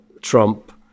Trump